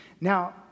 Now